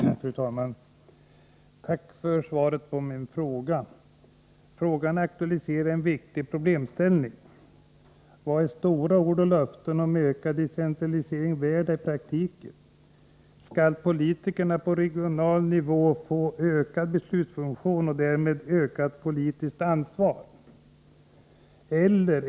Fru talman! Jag tackar för svaret på min fråga, som aktualiserar ett viktigt problem: Vad är stora ord och löften om ökad decentralisering värda i praktiken? Skall politikerna på regional och lokal nivå få vidgade beslutsfunktioner och därmed ett ökat politiskt ansvar?